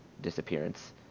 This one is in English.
disappearance